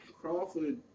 Crawford